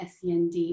SEND